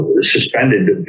suspended